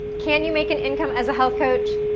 can you make an income as a health coach?